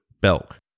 Belk